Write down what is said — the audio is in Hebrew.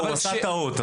הוא עשה טעות.